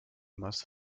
must